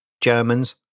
Germans